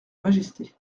majesté